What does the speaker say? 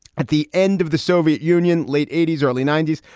at the end of the soviet union, late eighty s, early ninety s,